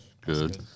Good